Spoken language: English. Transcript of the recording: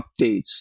updates